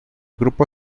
grupo